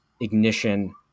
ignition